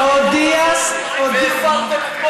והפרתם את,